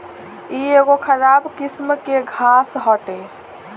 इ एगो खराब किस्म के घास हटे